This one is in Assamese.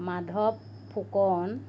মাধৱ ফুকন